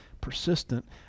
persistent